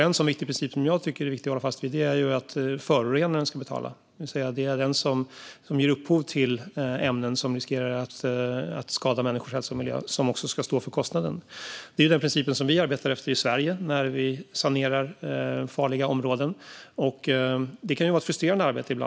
En princip som jag tycker är viktig att hålla fast vid är att det är förorenaren som ska betala, det vill säga att det är den som ger upphov till ämnen som riskerar att skada människor och miljö som också ska stå för kostnaden. Det är den principen som vi arbetar efter i Sverige när vi sanerar farliga områden. Det kan ibland vara ett frustrerande arbete.